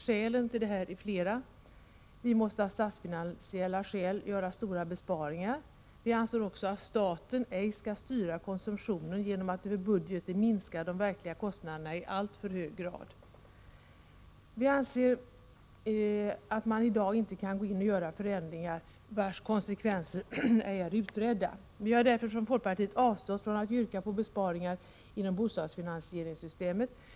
Skälen till detta är flera. Vi måste av statsfinansiella skäl göra stora besparingar. Vi anser vidare att staten ej skall styra konsumtionen genom att över budgeten minska de verkliga kostnaderna i alltför hög grad. Vi anser att man i dag inte kan gå in och göra förändringar vars konsekvenser ej är utredda. Vi har därför från folkpartiet avstått från att yrka på besparingar inom bostadsfinansieringssystemet.